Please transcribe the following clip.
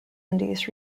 indies